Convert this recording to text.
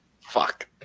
Fuck